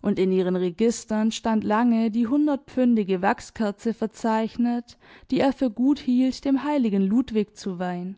und in ihren registern stand lange die hundertpfündige wachskerze verzeichnet die er für gut hielt dem heiligen ludwig zu weihen